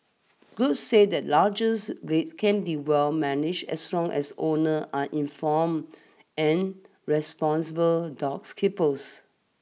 groups say that largest breeds can be well managed as long as owners are informed and responsible dogs keepers